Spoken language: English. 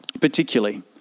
particularly